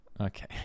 Okay